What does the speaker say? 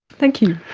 thank you.